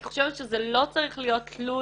אני חושבת שזה לא צריך להיות תלוי